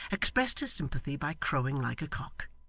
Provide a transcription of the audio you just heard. expressed his sympathy by crowing like a cock,